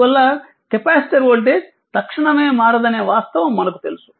అందువల్ల capacitor voltage తక్షణమే మారదనే వాస్తవం మనకు తెలుసు